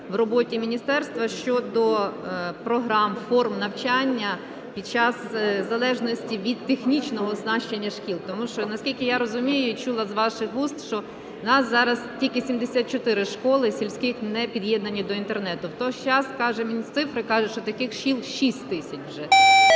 в роботі міністерства щодо програм, форм навчання під час залежності від технічного оснащення шкіл? Тому що, наскільки я розумію і чула з ваших вуст, що в нас зараз тільки 74 школи сільських не під'єднані до Інтернету. В той же час мені цифри кажуть, що таких шкіл 6 тисяч вже.